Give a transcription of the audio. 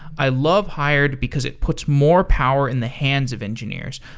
i love hired because it puts more power in the hands of engineers.